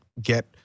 get